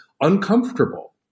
uncomfortable